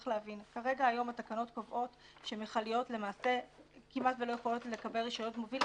כרגע התקנות קובעות שמכליות כמעט ולא יכולות לקבל רישיון מוביל,